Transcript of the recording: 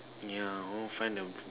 yeah go find a